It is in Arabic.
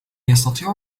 يستطيع